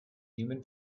human